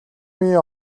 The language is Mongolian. үеийн